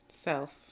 self